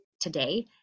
today